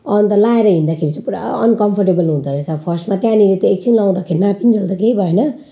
अन्त लाएर हिँड्दाखेरि चाहिँ पुरा अनकम्फोर्टेबल हुँदारहेछ फर्स्टमा त्यहाँनेरि त एकछिन लाउँदाखेरि नापिन्जेल त केही भएन